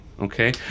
okay